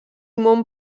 mont